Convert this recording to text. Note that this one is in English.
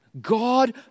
God